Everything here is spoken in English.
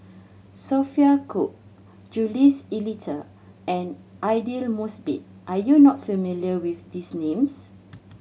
Sophia Cooke Jules Itier and Aidli Mosbit are you not familiar with these names